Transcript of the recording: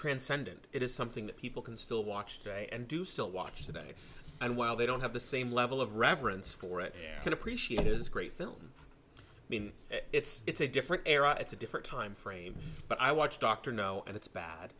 transcendent it is something that people can still watch today and do still watch today and while they don't have the same level of reverence for it and can appreciate is a great film i mean it's a different era it's a different time frame but i watch dr no and it's bad